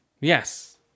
yes